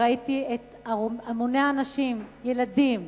וראיתי המוני אנשים, ילדים,